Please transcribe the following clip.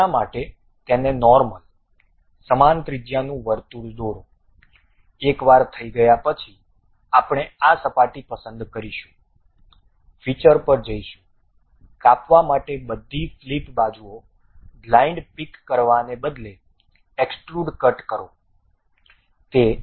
તેના માટે તેને નોર્મલ સમાન ત્રિજ્યાનું વર્તુળ દોરો એકવાર થઈ ગયા પછી આપણે આ સપાટી પસંદ કરીશું ફીચર પર જઈશું કાપવા માટે બધી ફ્લિપ બાજુઓ બ્લાઇન્ડ પિક કરવાને બદલે એક્સટ્રુડ કટ કરો